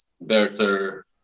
better